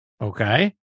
Okay